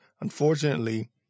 Unfortunately